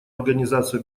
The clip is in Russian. организацию